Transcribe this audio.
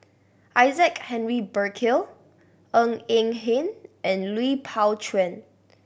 Isaac Henry Burkill Ng Eng Hen and Lui Pao Chuen